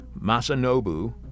Masanobu